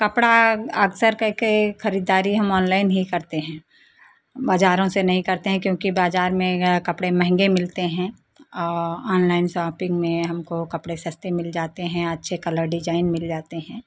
कपड़ा अक्सर करके खरीददारी हम ऑनलाइन ही करते हैं बाज़ारों से नहीं करते हैं क्योंकि बाज़ार में कपड़े महँगे मिलते हैं और ऑनलाइन शॉपिंग में हमको कपड़े सस्ते मिल जाते हैं अच्छे कलर डिज़ाइन मिल जाते हैं